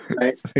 Right